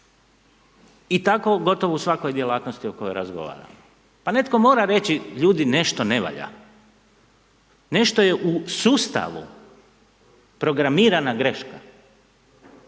I tako gotovo u svakoj djelatnosti o kojoj razgovaramo. Pa netko mora reći ljudi nešto ne valja, nešto je u sustavu, programirana greška.